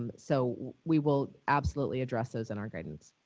um so, we will absolutely address those in our guidance.